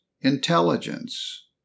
intelligence